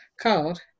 called